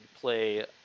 play